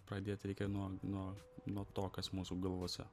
pradėti reikia nuo nuo nuo to kas mūsų galvose